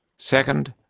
second,